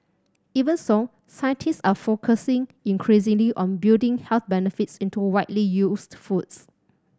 even so scientists are focusing increasingly on building health benefits into widely used foods